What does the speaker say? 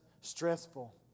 stressful